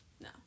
No